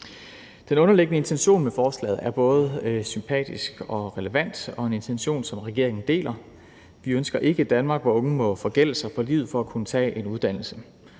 Den underliggende intention med forslaget er både sympatisk og relevant og en intention, som regeringen deler. Vi ønsker ikke et Danmark, hvor unge må forgælde sig på livet for at kunne tage en uddannelse,